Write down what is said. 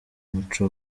umuco